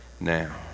now